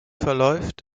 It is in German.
verläuft